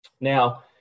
Now